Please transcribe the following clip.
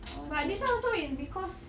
but this [one] also is because